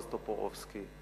בועז טופורובסקי,